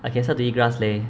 I can start to eat grass leh